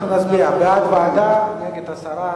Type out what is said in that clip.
אנחנו נצביע: בעד, ועדה, ונגד, הסרה.